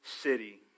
city